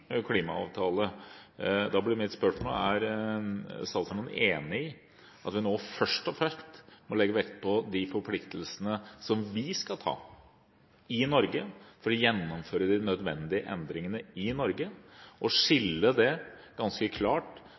klimaavtale, er mitt spørsmål om statsråden er enig i at vi først og fremst må legge vekt på de forpliktelsene vi skal ha i Norge, for å kunne gjennomføre de nødvendige endringene og skille det ganske klart